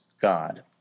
God